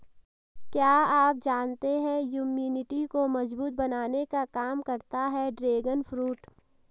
क्या आप जानते है इम्यूनिटी को मजबूत बनाने का काम करता है ड्रैगन फ्रूट?